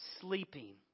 sleeping